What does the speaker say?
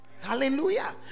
Hallelujah